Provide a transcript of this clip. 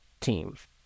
teams